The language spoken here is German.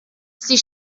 sie